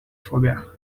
phobia